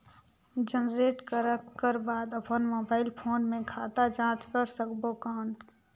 Generate करक कर बाद अपन मोबाइल फोन मे खाता जांच कर सकबो कौन?